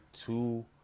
two